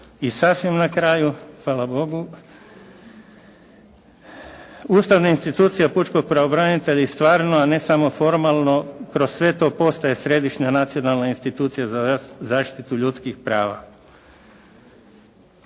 I sasvim na kraju, hvala Bogu, ustavna institucija pučkog pravobranitelja i stvarno, a ne samo formalno kroz sve to postaje središnja nacionalna institucija za zaštitu ljudskih prava.